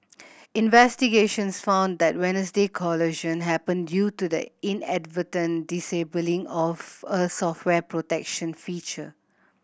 investigations found that Wednesday collision happened due to the inadvertent disabling of a software protection feature